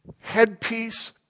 headpiece